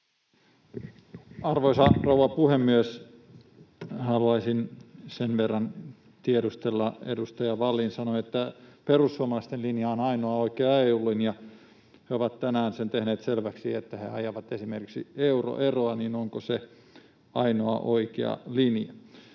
Arvoisa rouva puhemies! Haluaisin sen verran tiedustella: Edustaja Vallin sanoi, että perussuomalaisten linja on ainoa oikea EU-linja. He ovat tänään sen tehneet selväksi, että he ajavat esimerkiksi euroeroa, joten onko se ainoa oikea linja?